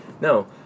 no